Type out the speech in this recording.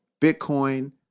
Bitcoin